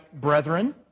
brethren